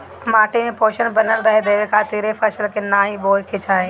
माटी में पोषण बनल रहे देवे खातिर ए फसल के नाइ बोए के चाही